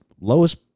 lowest